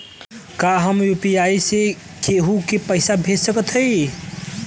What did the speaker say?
का हम यू.पी.आई से केहू के पैसा भेज सकत हई?